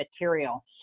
material